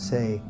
Say